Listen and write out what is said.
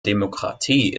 demokratie